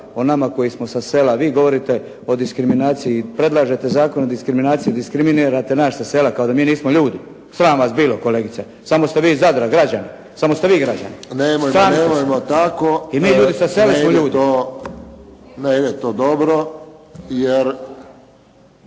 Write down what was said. o nama koji smo sa sela. Vi govorite o diskriminaciji i predlažete Zakon o diskriminaciji, a diskriminirate nas sa sela kao da nismo ljudi. Sram vas bilo kolegice! Samo ste vi iz Zadra građani! Samo ste vi građani. **Friščić, Josip (HSS)** Nemojmo tako… **Matković, Borislav